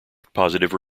positive